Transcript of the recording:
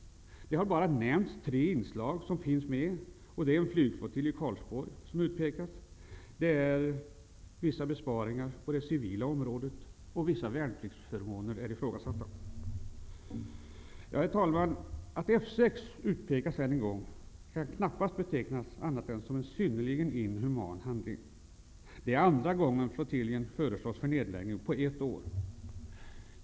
Tre inslag har nämnts. Flygflottiljen F 6 i Karlsborg har utpekats, och vissa besparingar på det civila området och vissa värnpliktsförmåner har ifrågasatts. Herr talman! Att F 6 utpekats än en gång kan knappast betecknas som annat än en synnerligen inhuman handling. Det är andra gången på ett år som flottiljen föreslås för nedläggning.